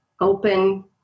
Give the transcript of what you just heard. open